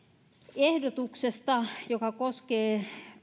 ehdotuksesta joka koskee